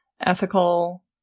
ethical